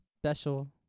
Special